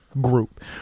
group